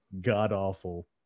god-awful